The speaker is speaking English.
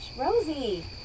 Rosie